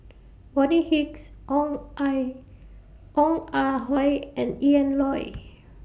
Bonny Hicks Ong I Ong Ah Hoi and Ian Loy